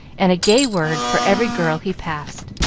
and a gay word for every girl he passed.